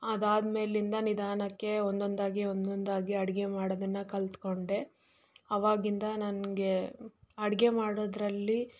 ಅದಾದ್ಮೇಲಿಂದ ನಿಧಾನಕ್ಕೆ ಒಂದೊಂದಾಗಿ ಒಂದೊಂದಾಗಿ ಅಡುಗೆ ಮಾಡೋದನ್ನು ಕಲ್ತುಕೊಂಡೆ ಅವಾಗಿಂದ ನನಗೆ ಅಡುಗೆ ಮಾಡೋದ್ರಲ್ಲಿ